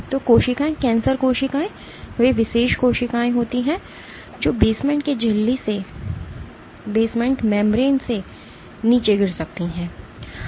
तो कोशिकाएं कैंसर कोशिकाएं वे विशेष कोशिकाएं होती हैं जो बेसमेंट की झिल्ली से नीचे गिर सकती हैं